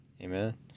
amen